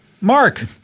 mark